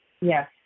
Yes